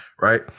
right